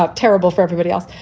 ah terrible for everybody else.